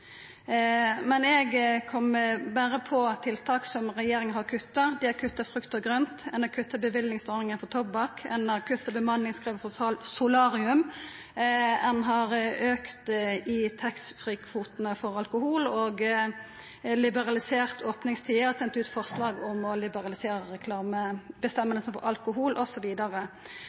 men eg kjem berre på tiltak som regjeringa har kutta: Dei har kutta frukt og grønt, løyveordninga for tobakk og bemanningskravet for solarium. Dei har auka taxfree-kvotane for alkohol, liberalisert opningstider og sendt ut forslag om å liberalisera reklamereglane for alkohol